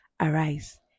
arise